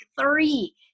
three